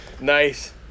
Nice